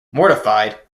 mortified